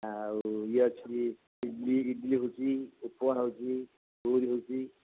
ଆଉ ଇଏ ଅଛି ଇଡଲି ଇଡଲି ହେଉଛି ଉପମା ହେଉଛି ପୁରି ହେଉଛି